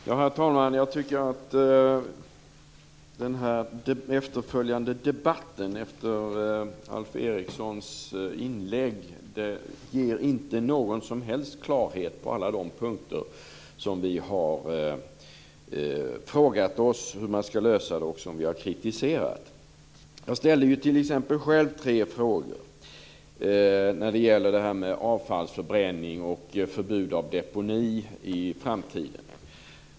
Herr talman! Jag tycker att den debatt som har följt efter Alf Erikssons inlägg inte ger någon som helst klarhet på alla de punkter på vilka vi har frågat oss hur problemen skall lösas och som vi har kritiserat. Jag ställde t.ex. själv tre frågor när det gäller detta med avfallsförbränning och förbud av deponi i framtiden.